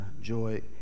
Joy